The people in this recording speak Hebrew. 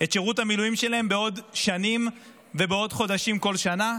את שירות המילואים שלהם בעוד שנים ובעוד חודשים כל שנה,